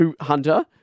Hunter